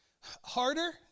harder